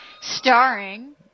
Starring